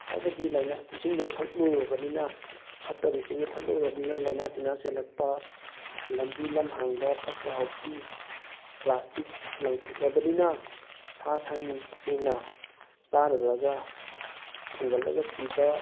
ꯍꯥꯏꯕꯗꯤ ꯂꯩꯅ ꯏꯁꯤꯡꯗꯣ ꯊꯛꯂꯨꯔꯕꯅꯤꯅ ꯐꯠꯇꯕ ꯏꯁꯤꯡꯗꯣ ꯊꯛꯂꯨꯔꯝꯅꯤꯅ ꯂꯩꯅꯥ ꯇꯤꯟꯅꯥ ꯆꯦꯜꯂꯛꯄ ꯂꯝꯕꯤ ꯂꯝꯍꯥꯡꯗ ꯐꯠꯇ ꯍꯥꯎꯗꯤ ꯄ꯭ꯂꯥꯁꯇꯤꯛ ꯂꯪꯊꯣꯛꯂꯕꯅꯤꯅ ꯁꯥ ꯁꯟꯁꯤꯡꯅ ꯆꯥꯔꯨꯔꯒ ꯐꯨꯡꯒꯠꯂꯒ ꯁꯤꯕ